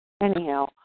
Anyhow